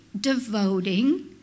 devoting